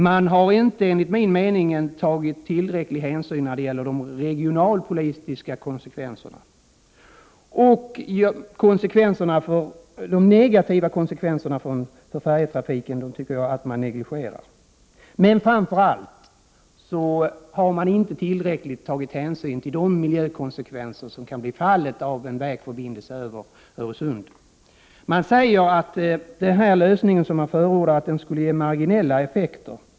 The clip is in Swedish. Man har enligt min mening inte tagit tillräcklig hänsyn när det gäller de regionalpolitiska konsekvenserna. Jag tycker att man negligerar de negativa konsekvenserna för färjetrafiken. Men framför allt har man inte tagit tillräcklig hänsyn till de miljökonsekvenser som kan bli fallet av en vägförbindelse över Öresund. Man säger att den lösning som förordas skulle ge marginella effekter.